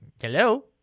Hello